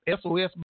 SOS